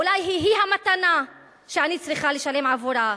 אולי היא-היא המתנה שאני צריכה לשלם עבורה.